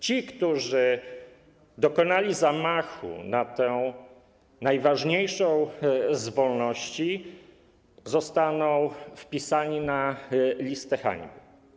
Ci, którzy dokonali zamachu na tę najważniejszą z wolności, zostaną wpisani na listę hańby.